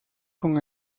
con